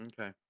Okay